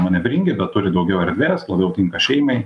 manevringi bet turi daugiau erdvės labiau tinka šeimai